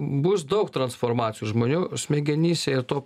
bus daug transformacijų žmonių smegenyse ir to